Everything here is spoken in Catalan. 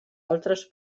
altres